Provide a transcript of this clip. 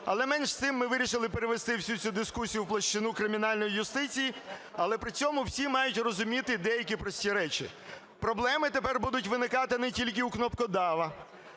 Але менш з цим, ми вирішили перевести всю цю дискусію у площину кримінальної юстиції, але при цьому всі мають розуміти деякі прості речі: проблеми тепер будуть виникати не тільки у кнопкодава,